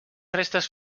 restes